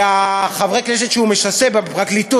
ושל חברי הכנסת שהוא משסה בפרקליטות